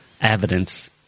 evidence